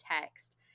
text